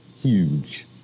huge